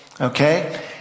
okay